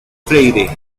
freire